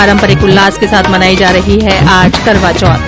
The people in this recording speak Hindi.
पारम्परिक उल्लास के साथ मनाई जा रही है आज करवा चौथ